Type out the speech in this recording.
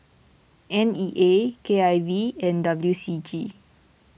N E A K I V and W C G